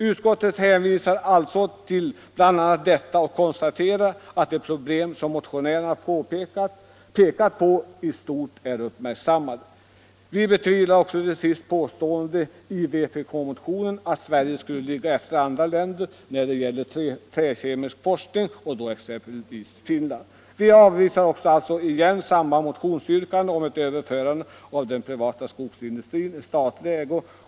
Utskottet hänvisar till bl.a. detta och konstaterar att de problem som motionärerna pekat på i stort sett är uppmärksammade. Vi betvivlar till sist också påståendet i vpk-motionen att Sverige skulle ligga efter andra länder när det gäller träkemisk forskning, exempelvis Finland. Vi avvisar alltså åter motionsyrkandet om ett överförande av den privatägda skogsindustrin i statlig ägo.